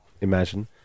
imagine